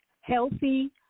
healthy